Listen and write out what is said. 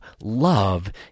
Love